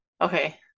Okay